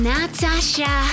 Natasha